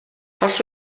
hast